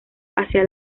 hacia